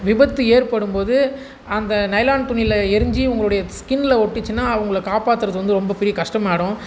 விபத்து ஏற்படும் போது அந்த நைலான் துணியில எரிஞ்சு உங்களுடைய ஸ்கின்னில் ஒட்டுச்சுன்னா அவங்கள காப்பாற்றுறது வந்து ரொம்ப பெரிய கஸ்டமாயிடும்